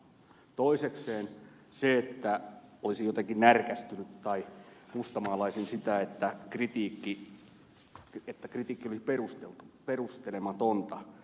toisekseen siihen että olisin jotenkin närkästynyt tai mustamaalaisin kritiikkiä että se oli perustelematonta